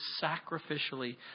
sacrificially